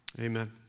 Amen